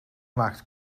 maakt